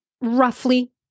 roughly